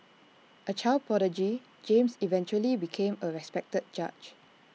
A child prodigy James eventually became A respected judge